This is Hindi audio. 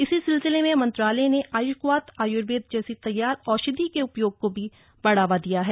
इसी सिलसिले में मंत्रालय ने आयुषक्वाथ आयुर्वेद जैसी तैयार औषधि के उपयोग को भी बढ़ावा दिया है